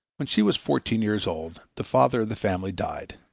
when she was fourteen years old the father of the family died.